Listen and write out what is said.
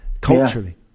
culturally